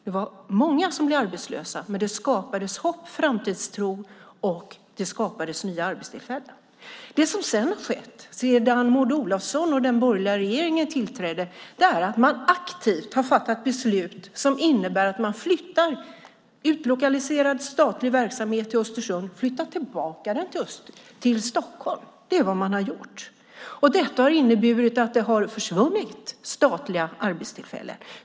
Det var många som blev arbetslösa, men det skapades hopp, framtidstro och nya arbetstillfällen. Det som har skett sedan Maud Olofsson och den borgerliga regeringen tillträdde är att man aktivt har fattat beslut som innebär att statlig verksamhet som har utlokaliserats till Östersund flyttar tillbaka till Stockholm. Detta har inneburit att det har försvunnit statliga arbetstillfällen.